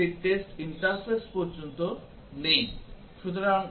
সুতরাং দয়া করে এটি করুন এবং আমরা পরবর্তী সেশনে white বক্স পরীক্ষার বিষয়ে আলোচনা করব